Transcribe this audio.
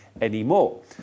anymore